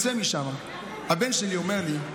למה אתה אומר את